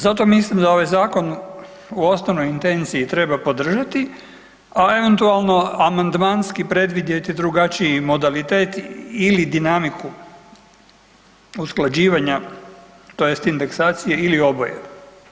Zato mislim da ovaj Zakon u osnovnoj intenciji treba podržati, a eventualno amandmanski predvidjeti drugačiji modalitet ili dinamiku usklađivanja, tj. indeksacije ili oboje.